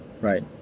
right